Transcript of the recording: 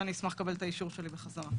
ואני אשמח לקבל את האישור שלי בחזרה.